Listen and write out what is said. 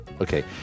Okay